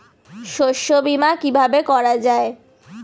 শস্য বীমা কিভাবে করা যায়?